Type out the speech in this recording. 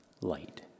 light